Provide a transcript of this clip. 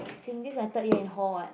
since this my third year in hall [what]